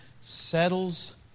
settles